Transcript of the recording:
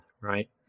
right